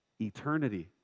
eternity